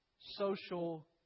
Social